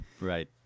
right